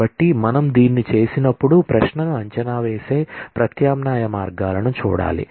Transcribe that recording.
కాబట్టి మనము దీన్ని చేసినప్పుడు క్వరీ ను అంచనా వేసే ప్రత్యామ్నాయ మార్గాలను చూడాలి